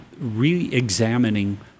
re-examining